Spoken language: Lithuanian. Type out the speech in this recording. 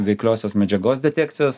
veikliosios medžiagos detekcijos